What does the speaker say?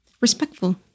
respectful